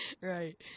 Right